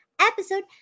episode